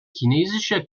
chinesische